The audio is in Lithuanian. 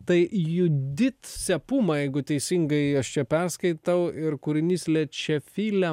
tai judit sepuma jeigu teisingai aš čia perskaitau ir kūrinys lečefile